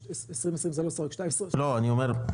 2020 זה לא שורק 2. לא אני אומר,